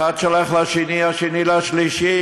אחד שולח לשני, השני לשלישי: